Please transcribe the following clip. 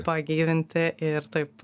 pagyvinti ir taip